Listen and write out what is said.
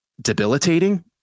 debilitating